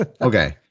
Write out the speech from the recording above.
Okay